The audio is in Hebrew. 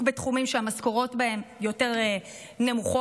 בתחומים שהמשכורות בהם יותר נמוכות,